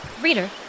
Reader